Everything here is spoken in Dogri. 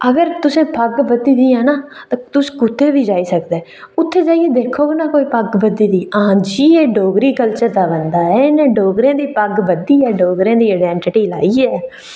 अगर तुसें पग्ग बद्धी दी है ना तुस कुतै बी जाई सकदे उत्थै जाइयै दिक्खो ना कोई पग्ग बद्धी दी हांजी एह् डोगरी कल्चर दा ऐ हां इ'नें डोगरें दी पग्ग बद्धी ऐ डोगरें दी आइडैंटिटी ते इ'यै ऐ